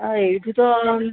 ଏଇଠୁ ତ